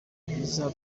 bwiza